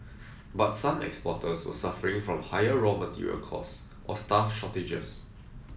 but some exporters were suffering from higher raw material costs or staff shortages